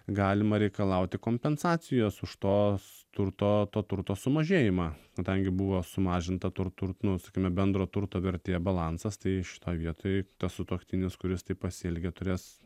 galima reikalauti kompensacijos už tos turto to turto sumažėjimą kadangi buvo sumažinta tur tur nu sakykime bendro turto vertė balansas tai šitoj vietoj tas sutuoktinis kuris taip pasielgė turės